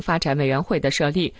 in fact i may outweigh the shot he